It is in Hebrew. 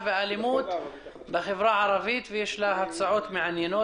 והאלימות בחברה הערבית ויש לה הצעות מעניינות.